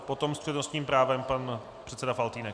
Potom s přednostním právem pan předseda Faltýnek.